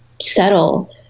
settle